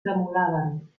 tremolaven